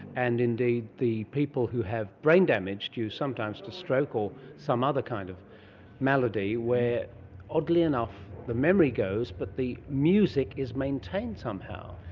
and indeed the people who have brain damage, due sometimes to stroke or some other kind of malady, where oddly enough the memory goes and but the music is maintained somehow.